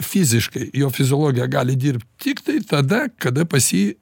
fiziškai jo fiziologija gali dirbt tiktai tada kada pas jį